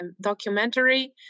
documentary